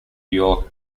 york